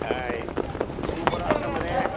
हय तूं बरो आसा मरे